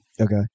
Okay